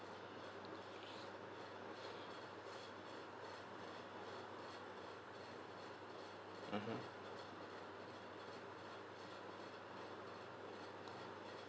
mmhmm